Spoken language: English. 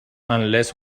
unless